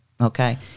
okay